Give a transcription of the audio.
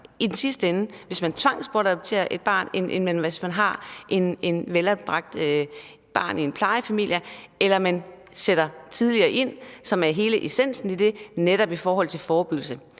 i sidste ende, hvis man tvangsbortadopterer et barn, end hvis et barn bliver godt anbragt i en plejefamilie, eller man sætter tidligere ind, hvilket er hele essensen i forhold til forebyggelse?